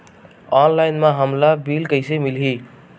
Online म हमला bill कइसे मिलही?